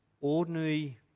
ordinary